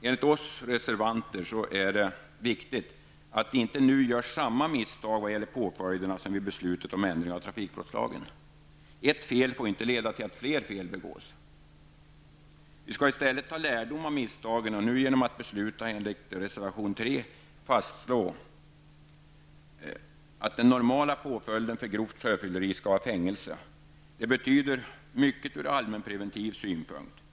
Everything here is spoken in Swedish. Enligt oss reservanter är det viktigt att det nu inte görs samma misstag i fråga om påföljderna som vid beslutet om ändring av trafikbrottslagen. Ett fel får inte leda till att fler fel begås. Vi skall i stället ta lärdom av misstagen och nu genom att besluta enligt reservation 3 fastslå att den normala påföljden för grovt sjöfylleri skall vara fängelse. Det betyder mycket ur allmänpreventiv synpunkt.